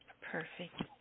Perfect